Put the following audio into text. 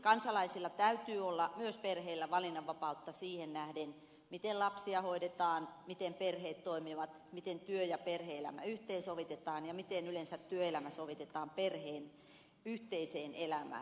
kansalaisilla täytyy olla myös perheillä valinnanvapautta siihen nähden miten lapsia hoidetaan miten perheet toimivat miten työ ja perhe elämä yhteensovitetaan ja miten yleensä työelämä sovitetaan perheen yhteiseen elämään